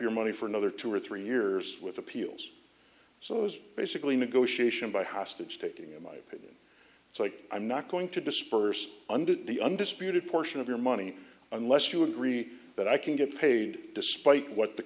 your money for another two or three years with appeals so it was basically negotiation by hostage taking in my opinion so i'm not going to disperse under the undisputed portion of your money unless you agree that i can get paid despite what the